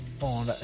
on